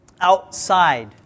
outside